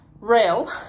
rail